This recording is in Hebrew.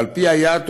ועל פי היעד,